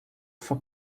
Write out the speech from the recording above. for